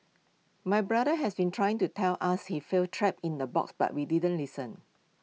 my brother has been trying to tell us he feels trapped in A box but we didn't listen